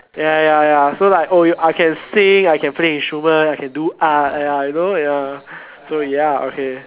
ya ya ya so like oh I can sing I can play instrument I can do art ya you know ya so ya okay